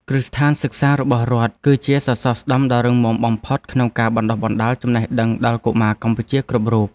គ្រឹះស្ថានសិក្សារបស់រដ្ឋ គឺជាសសរស្តម្ភដ៏រឹងមាំបំផុតក្នុងការបណ្តុះបណ្តាលចំណេះដឹងដល់កុមារកម្ពុជាគ្រប់រូប។